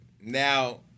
Now